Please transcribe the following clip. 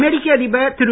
அமெரிக்க அதிபர் திரு